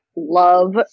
love